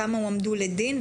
כמה הועמדו לדין?